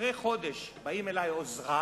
אחרי חודש, באים אלי עוזריו,